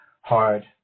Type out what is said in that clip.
hard